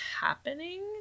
happening